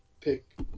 pick